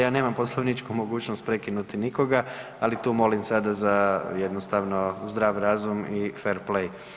Ja nemam poslovničku mogućnost prekinuti nikoga, ali tu molim sada za jednostavno zdrav razum i fer plej.